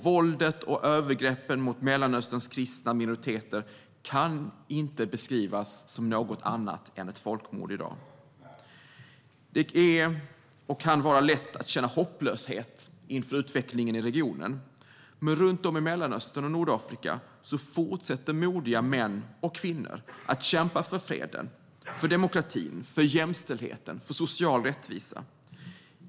Våldet och övergreppen mot Mellanösterns kristna minoriteter kan i dag inte beskrivas som något annat än ett folkmord. Det är lätt att känna hopplöshet inför utvecklingen i regionen, men runt om i Mellanöstern och Nordafrika fortsätter modiga män och kvinnor att kämpa för freden, demokratin, jämställdheten och social rättvisa.